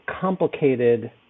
complicated